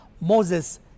Moses